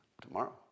tomorrow